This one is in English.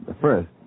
first